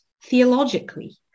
theologically